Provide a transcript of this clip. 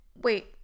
Wait